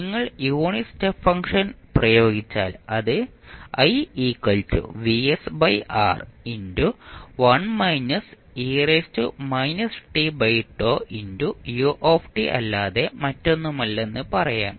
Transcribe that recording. നിങ്ങൾ unit step function പ്രയോഗിച്ചാൽ അത് അല്ലാതെ മറ്റൊന്നുമല്ലെന്ന് പറയാം